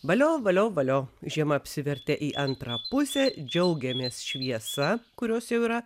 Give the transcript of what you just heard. valio valio valio žiema apsivertė į antrą pusę džiaugiamės šviesa kurios jau yra